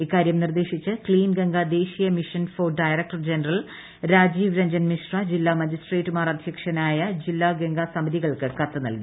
ഇക്കാര്യം നിർദേശിച്ച് ക്ലീൻ ഗംഗ ദേശീയ mission for director general Rajiv Ranjan Mishra ജില്ലാ മജിസ്ട്രേറ്റുമാർ അധ്യക്ഷനായ ജില്ലാ ഗംഗാ സമിതികൾക്ക് കത്തെഴുതി